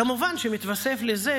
כמובן שמתווספת לזה,